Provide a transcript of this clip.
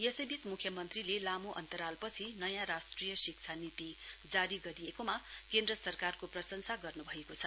यसैबीच मुख्यमन्त्रीले लामो अन्तरालपछि नयाँ राष्ट्रिय शिक्षा नीति जारी गरिएकोमा केन्द्र सरकारको प्रंशसा गर्नु भएको छ